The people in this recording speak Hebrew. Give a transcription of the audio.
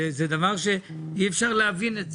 זה דבר שאי-אפשר להבין.